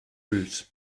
ulls